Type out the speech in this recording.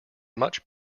much